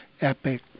Epic